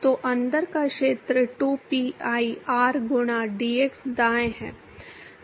तो अंदर का क्षेत्र 2pi r गुणा dx दायें है